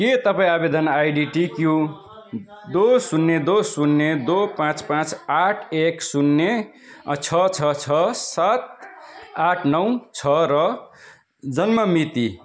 के तपाईँँ आवेदन आइडी टिक्यू दुई शून्य दुई शून्य दुई पाँच पाँच आठ एक शून्य छ छ छ सात आठ नौ छ र जन्ममिति